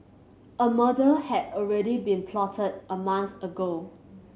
a murder had already been plotted a month ago